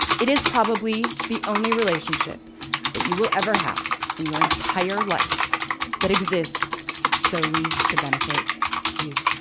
it is probably the only relationship that you will ever have in your entire life that exists solely to benefit you.